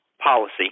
policy